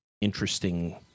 interesting